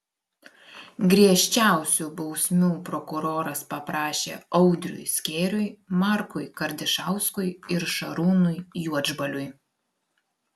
griežčiausių bausmių prokuroras paprašė audriui skėriui markui kardišauskui ir šarūnui juodžbaliui